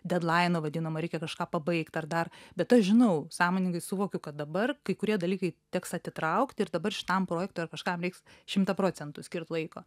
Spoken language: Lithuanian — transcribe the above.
dedlaino vadinamo reikia kažką pabaigt ar dar bet aš žinau sąmoningai suvokiu kad dabar kai kurie dalykai teks atitraukti ir dabar šitam projektui ar kažkam reiks šimtą procentų skirt laiko